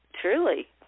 Truly